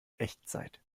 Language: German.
echtzeit